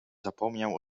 zapomniał